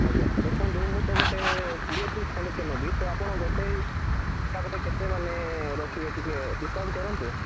ଆଜ୍ଞା ଦେଖନ୍ତୁ ମୁଁ ତ ଗୋଟେ କୋଡ଼ିଏ ପିସ୍ ଖଣ୍ଡେ ତ ନେବି ଆପଣ ଗୋଟେ ହିସାବରେ କେତେ ମାନେ ରଖିବେ ଟିକେ ଡ଼ିସ୍କାଉଣ୍ଟ କରନ୍ତୁ